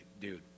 Dude